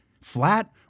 Flat